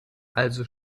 also